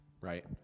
right